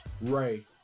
Ray